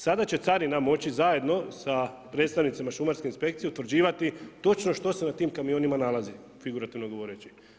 Sada će carina moći zajedno sa predstavnicima šumarske inspekcije utvrđivati točno što se na tim kamionima nalazi, figurativno govoreći.